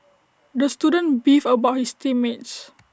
the student beefed about his team mates